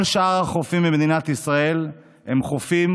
כל שאר החופים במדינת ישראל הם חופים